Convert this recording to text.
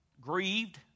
grieved